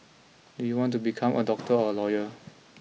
do you want to become a doctor or a lawyer